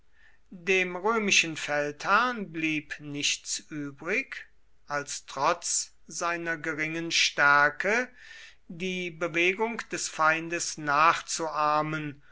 dem römischen feldherrn blieb nichts übrig als trotz seiner geringen stärke die bewegung des feindes nachzuahmen